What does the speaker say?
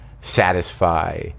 satisfy